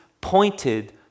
pointed